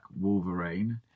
Wolverine